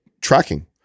tracking